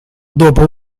dopo